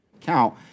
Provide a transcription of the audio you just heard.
count